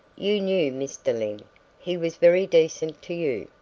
you knew mr. lyne he was very decent to you.